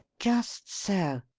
just so.